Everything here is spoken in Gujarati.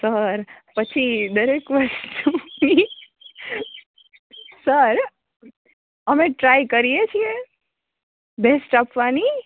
સર પછી દરેક વસ્તુથી સર અમે ટ્રાય કરીએ છીએ બેસ્ટ આપવાની